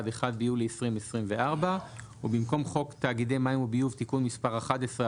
(1 ביולי 2024)" ובמקום "חוק תאגידי מים וביוב (תיקון מס' 11),